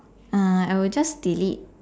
uh I would just delete